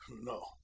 No